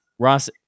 Ross